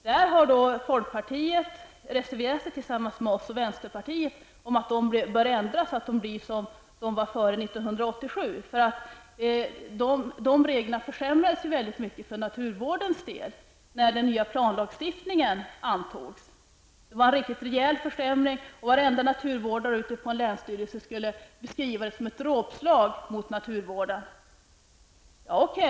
Där har folkpartiet reserverat sig tillsammans med oss och vänsterpartiet om att man bör ändra dessa bestämmelser så att de blir sådana som de var före 1987. De reglerna försämrades väldigt mycket för naturvårdens del, när den nya planlagstiftningen antogs. Det var en rejäl försämring. Varje naturvårdare ute på länsstyrelserna beskrev det såsom ett dråpslag mot naturvården.